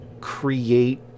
create